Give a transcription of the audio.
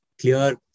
clear